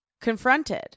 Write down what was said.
confronted